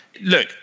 look